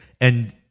and-